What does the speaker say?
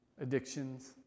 addictions